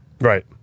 Right